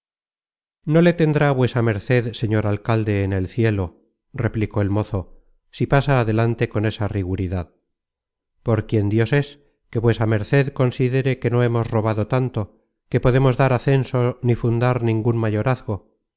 no le tendrá vuesa merced señor alcalde en el cielo replicó el mozo si pasa adelante con esa riguridad por quien dios es que vuesa merced considere que no hemos robado tanto que podemos dar á censo ni fundar ningun mayorazgo